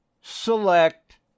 select